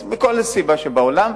מכל סיבה שבעולם,